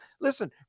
Listen